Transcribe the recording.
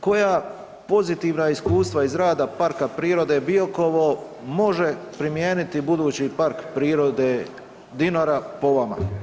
Koja pozitivna iskustva iz rada Parka prirode Biokovo može primijeniti budući Park prirode Dinara po vama?